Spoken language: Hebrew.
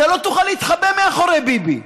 אתה לא תוכל להתחבא מאחורי ביבי,